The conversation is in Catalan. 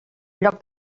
lloc